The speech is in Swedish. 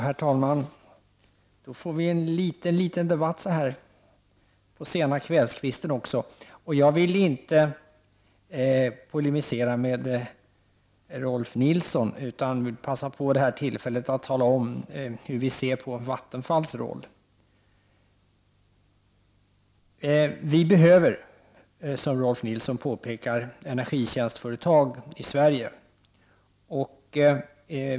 Herr talman! Då får vi en liten debatt också så här på sena kvällskvisten! Jag vill inte polemisera med Rolf L Nilson, utan jag vill passa på tillfället att tala om hur vi ser på Vattenfalls roll. Vi behöver, som Rolf L Nilson påpekade, energitjänstföretag i Sverige.